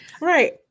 Right